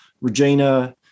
regina